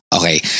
okay